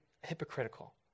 hypocritical